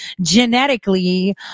genetically